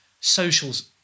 socials